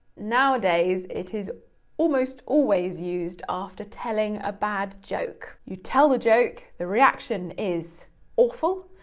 nowadays, it is almost always used after telling a bad joke. you tell the joke, the reaction is awful,